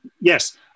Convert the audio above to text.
yes